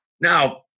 Now